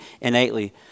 innately